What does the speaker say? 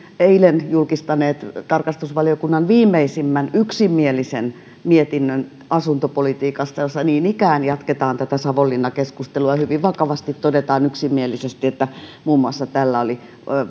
eilen julkistaneet tarkastusvaliokunnan viimeisimmän yksimielisen mietinnön asuntopolitiikasta jossa niin ikään jatketaan tätä savonlinna keskustelua hyvin vakavasti todetaan yksimielisesti että muun muassa tällä oli